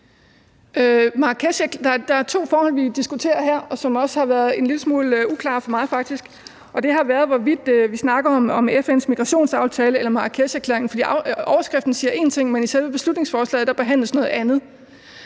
Der er to forhold, vi diskuterer her, og som faktisk også har været en lille smule uklare for mig, og det har været, hvorvidt vi snakker om FN's migrationsaftale eller Marrakesherklæringen, for overskriften siger en ting, men i selve beslutningsforslaget behandles noget andet.